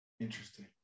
Interesting